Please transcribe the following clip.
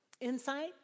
Insight